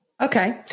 Okay